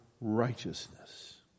righteousness